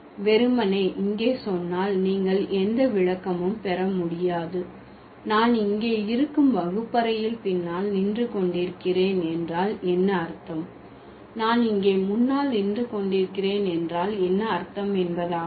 வெறுமனே இங்கே சொன்னால் நீங்கள் எந்த விளக்கமும் பெற முடியாது நான் இங்கே இருக்கும் வகுப்பறையில் பின்னால் நின்று கொண்டிருக்கிறேன் என்றால் என்ன அர்த்தம் நான் இங்கே முன்னால் நின்று கொண்டிருக்கிறேன் என்றால் என்ன அர்த்தம் என்பதாகும்